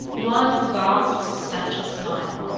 one vast substantial smile.